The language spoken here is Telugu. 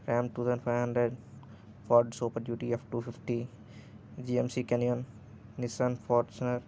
RAM two thousand five hundred Ford Super Duty F two fifty GMC Canyon Nissan Fortuner